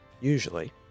usually